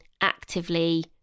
actively